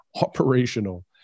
operational